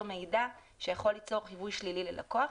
מידע שיכול ליצור חיווי שלילי ללקוח.